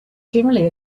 generally